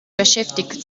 beschäftigt